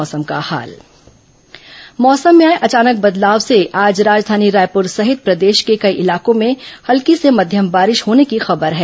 मौसम मौसम में आए अचानक बदलाव से आज राजधानी रायपुर सहित प्रदेश के कई इलाकों में हल्की से मध्यम बारिश होने की खबर है